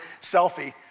selfie